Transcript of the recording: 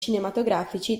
cinematografici